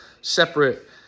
separate